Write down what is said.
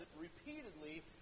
repeatedly